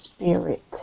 spirit